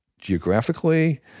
geographically